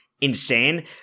insane